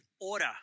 order